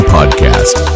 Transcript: Podcast